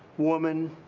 woman,